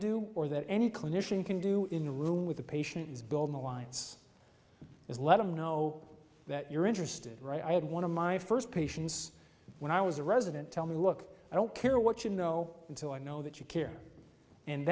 do or that any clinician can do in the room with the patient is build the alliance it's let them know that you're interested right i had one of my first patients when i was a resident tell me look i don't care what you know until i know that you care and